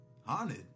Haunted